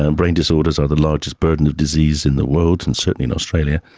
ah and brain disorders are the largest burden of disease in the world and certainly in australia,